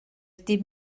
dim